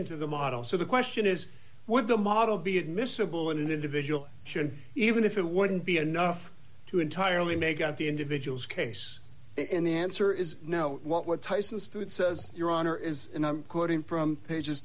into the model so the question is would the model be admissible in an individual should even if it wouldn't be enough to entirely make out the individual's case and the answer is no what what tyson's food says your honor is and i'm quoting from pages